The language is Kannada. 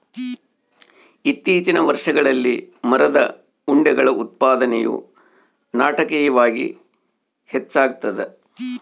ಇತ್ತೀಚಿನ ವರ್ಷಗಳಲ್ಲಿ ಮರದ ಉಂಡೆಗಳ ಉತ್ಪಾದನೆಯು ನಾಟಕೀಯವಾಗಿ ಹೆಚ್ಚಾಗ್ತದ